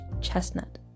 chestnut